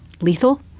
lethal